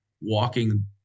walking